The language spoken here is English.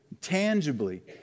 tangibly